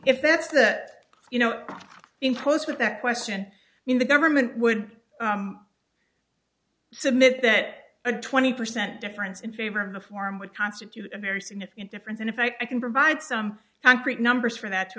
if that's that you know impose with that question i mean the government would submit that a twenty percent difference in favor of reform would constitute a very significant difference and if i can provide some concrete numbers for that to